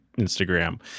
Instagram